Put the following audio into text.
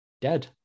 dead